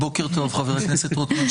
בוקר טוב, חבר הכנסת רוטמן.